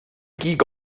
gig